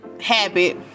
habit